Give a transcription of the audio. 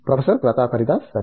professor Pratap Haridas సరే